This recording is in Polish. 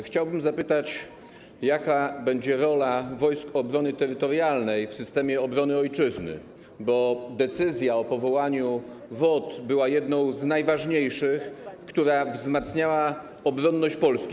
Chciałbym zapytać, jaka będzie rola Wojsk Obrony Terytorialnej w systemie obrony ojczyzny, bo decyzja o powołaniu WOT była jedną z najważniejszych kwestii, która wzmocniła obronność Polski.